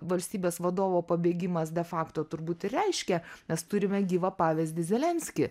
valstybės vadovo pabėgimas de fakto turbūt reiškia mes turime gyvą pavyzdį zelenskį